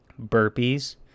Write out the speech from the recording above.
burpees